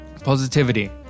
Positivity